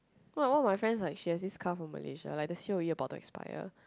wait one of my friends like she has this car from Malaysia like the C_O_E about to expire